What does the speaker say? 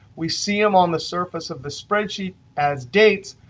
we see them on the surface of the spreadsheet as dates,